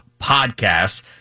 Podcast